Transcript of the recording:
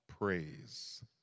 praise